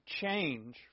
change